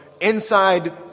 inside